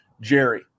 Jerry